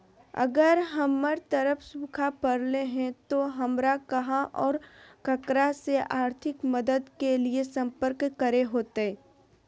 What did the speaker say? अगर हमर तरफ सुखा परले है तो, हमरा कहा और ककरा से आर्थिक मदद के लिए सम्पर्क करे होतय?